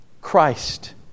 Christ